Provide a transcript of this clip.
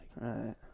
Right